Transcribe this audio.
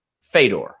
Fedor